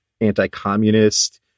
anti-communist